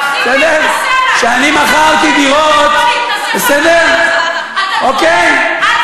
תן לו חצי שעה רצוף לגמור את, לא, לא, לא.